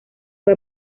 fue